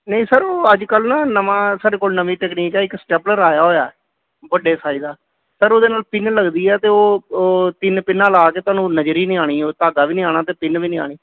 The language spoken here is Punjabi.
ਨਹੀਂ ਸਰ ਉਹ ਅੱਜ ਕੱਲ੍ਹ ਨਾ ਨਵਾਂ ਸਾਡੇ ਕੋਲ ਨਵੀਂ ਤਕਨੀਕ ਆ ਇੱਕ ਸਟੈਪਲਰ ਆਇਆ ਹੋਇਆ ਵੱਡੇ ਸਾਇਜ਼ ਦਾ ਸਰ ਉਹਦੇ ਨਾਲ ਪਿੰਨ ਲੱਗਦੀ ਹੈ ਅਤੇ ਉਹ ਉਹ ਤਿੰਨ ਪਿੰਨਾਂਂ ਲਾ ਕੇ ਤੁਹਾਨੂੰ ਨਜ਼ਰ ਹੀ ਨਹੀਂ ਆਉਣੀ ਉਹ ਧਾਗਾ ਵੀ ਨਹੀਂ ਆਉਣਾ ਅਤੇ ਪਿੰਨ ਵੀ ਨਹੀਂ ਆਉਣੀ